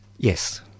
Yes